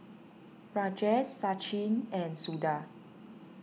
Rajesh Sachin and Suda